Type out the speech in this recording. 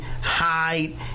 hide